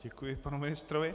Děkuji panu ministrovi.